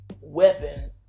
weapon